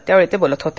त्यावेळी ते बोलत होते